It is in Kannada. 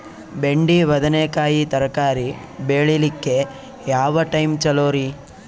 ಬೆಂಡಿ ಬದನೆಕಾಯಿ ತರಕಾರಿ ಬೇಳಿಲಿಕ್ಕೆ ಯಾವ ಟೈಮ್ ಚಲೋರಿ?